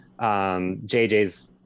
JJ's